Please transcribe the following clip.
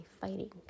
fighting